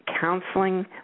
counseling